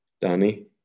Danny